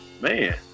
Man